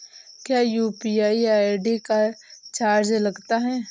क्या UPI ID का charge लगता है?